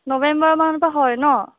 নৱেম্বৰ মানৰ পৰা হয় ন'